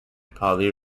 pali